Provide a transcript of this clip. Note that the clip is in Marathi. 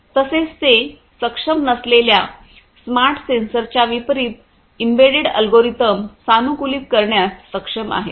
तसेच ते सक्षम नसलेल्या स्मार्ट सेन्सरच्या विपरीत एम्बेडेड अल्गोरिदम सानुकूलित करण्यास सक्षम आहेत